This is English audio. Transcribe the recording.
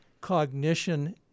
cognition